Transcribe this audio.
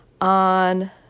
on